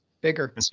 Bigger